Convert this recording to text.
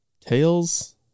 Tails